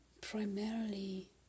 primarily